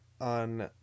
on